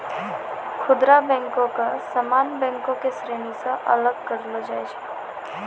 खुदरा बैको के सामान्य बैंको के श्रेणी से अलग करलो जाय छै